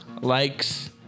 Likes